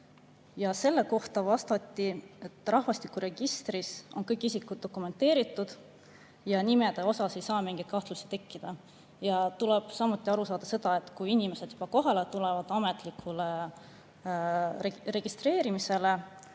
Sellele vastati, et rahvastikuregistris on kõik isikud dokumenteeritud ja nimedes ei saa mingit kahtlust tekkida. Tuleb samuti aru saada, et kui inimesed tulevad ametlikule registreerimisele